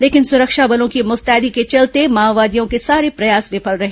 लेकिन सुरक्षा बलों की मुस्तैदी के चलते माओवादियों के सारे प्रयास विफल रहे